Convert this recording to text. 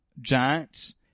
giants